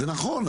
זה נכון,